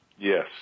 Yes